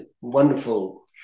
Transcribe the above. wonderful